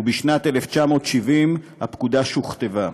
ובשנת 1970 הפקודה שוכתבה.